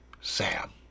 Sam